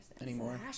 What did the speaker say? anymore